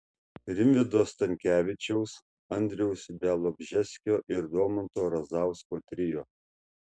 rimvydo stankevičiaus andriaus bialobžeskio ir domanto razausko trio